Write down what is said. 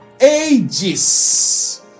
Ages